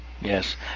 Yes